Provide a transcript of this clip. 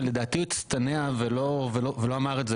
שלדעתי הוא הצטנע ולא אמר את זה